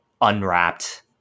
unwrapped